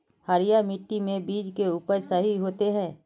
हरिया मिट्टी में बीज के उपज सही होते है?